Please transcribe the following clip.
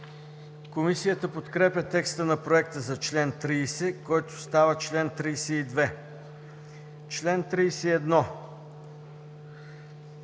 Комисията подкрепя текста на проекта за чл. 30, който става чл. 32. По чл.